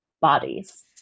bodies